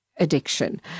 Addiction